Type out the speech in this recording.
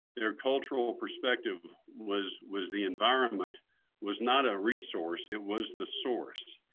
their cultural perspective was was the environment was not a resource. it was the source.